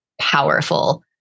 powerful